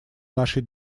нашей